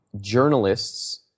journalists